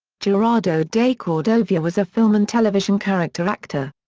jerado decordovier was a film and television character actor.